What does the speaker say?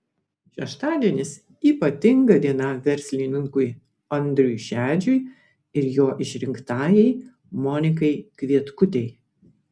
šeštadienis ypatinga diena verslininkui andriui šedžiui ir jo išrinktajai monikai kvietkutei